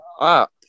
up